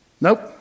Nope